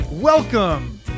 Welcome